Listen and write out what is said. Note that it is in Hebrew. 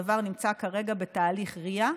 הדבר נמצא כרגע בתהליך RIA,